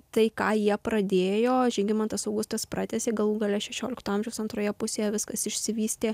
tai ką jie pradėjo žygimantas augustas pratęsė galų gale šešiolikto amžiaus antroje pusėje viskas išsivystė